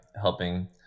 helping